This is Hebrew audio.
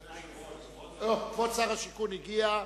אוה, כבוד שר השיכון הגיע.